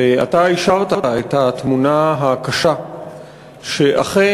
ואתה אישרת את התמונה הקשה שאכן,